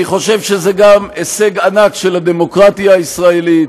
אני חושב שזה גם הישג ענק של הדמוקרטיה הישראלית,